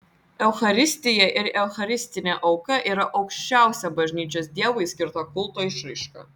eucharistija ir eucharistinė auka yra aukščiausia bažnyčios dievui skirta kulto išraiška